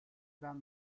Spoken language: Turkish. ben